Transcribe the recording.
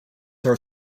are